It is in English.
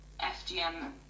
FGM